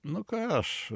nu ką aš